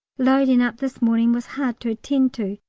loading up this morning was hard to attend to,